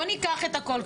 בואו ניקח את הכל,